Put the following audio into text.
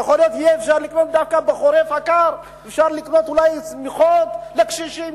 יכול להיות שיהיה אפשר לקנות דווקא בחורף הקר אולי שמיכות לקשישים.